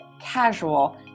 casual